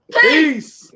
Peace